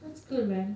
that's good man